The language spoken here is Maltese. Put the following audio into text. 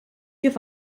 kif